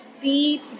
deep